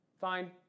Fine